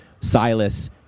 silas